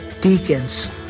deacons